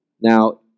Now